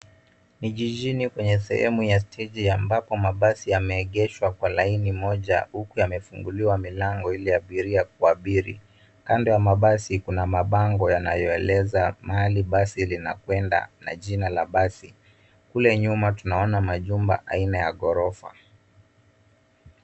Ni jijini kwenye sehemu ya steji ambapo mabasi yameegeshwa kwa laini moja, huku yamefunguliwa milango ili abiria waabiri. Kando ya mabasi, kuna mabango yanayoeleza mahali basi linakwenda, na jina la basi. Kule nyuma tunaona majumba aina ya ghorofa.